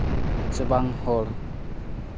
ᱥᱮ ᱵᱟᱝ ᱦᱚᱲ